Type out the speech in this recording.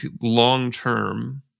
long-term